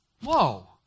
whoa